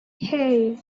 hey